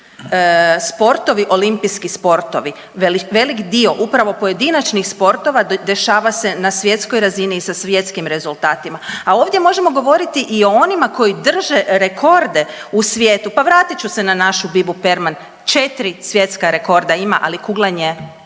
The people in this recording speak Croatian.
svi sportovi olimpijski sportovi. Velik dio upravo pojedinačnih sportova dešava se na svjetskoj razini i sa svjetskim rezultatima. A ovdje možemo govoriti i o onima koji drže rekorde u svijetu pa vratit ću se na našu Bibu Perman, 4 svjetska rekorda ima ali kuglanje